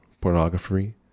pornography